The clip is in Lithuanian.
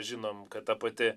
žinom kad ta pati